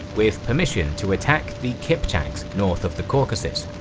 with permission to attack the kipchaks north of the caucasus.